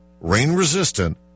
rain-resistant